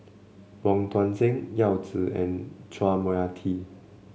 Wong Tuang Seng Yao Zi and Chua Mia Tee